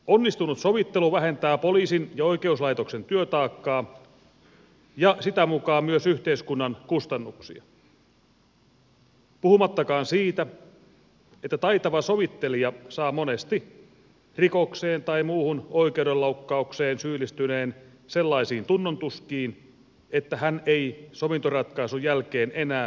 onnistunut sovittelu vähentää poliisin ja oikeuslaitoksen työtaakkaa ja sitä mukaa myös yhteiskunnan kustannuksia puhumattakaan siitä että taitava sovittelija saa monesti rikokseen tai muuhun oikeudenloukkaukseen syyllistyneen sellaisiin tunnontuskiin että hän ei sovintoratkaisun jälkeen enää tekoaan uusi